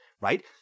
right